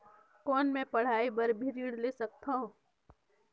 कौन मै पढ़ाई बर भी ऋण ले सकत हो?